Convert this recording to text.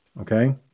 Okay